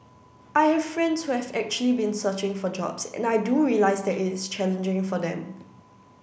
I have friends who have actually been searching for jobs and I do realise that it is challenging for them